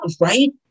right